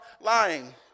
lying